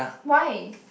why